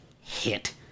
hit